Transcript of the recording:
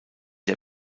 der